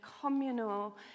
communal